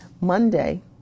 Monday